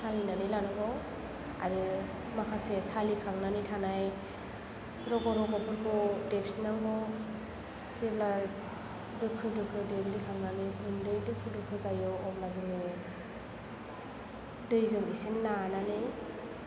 सालिनानै लानांगौ आरो माखासे सालिखांनानै थानाय रग' रग'फोरखौ देफिननांगौ जेब्ला दोखो दोखो देग्लिखांनानै गुन्दै दोखो दोखो जायो अब्ला जोङो दैजों इसे नानानै